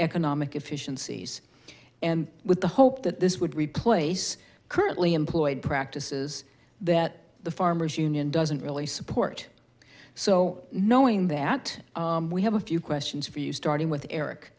economic efficiency with the hope that this would replace currently employed practices that the farmers union doesn't really support so knowing that we have a few questions for you starting with eric